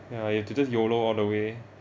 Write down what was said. ya you have to just YOLO all the way